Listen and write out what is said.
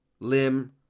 Limb